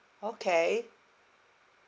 okay